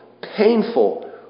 painful